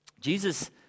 Jesus